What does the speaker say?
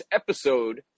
episode